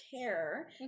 care